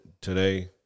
Today